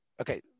Okay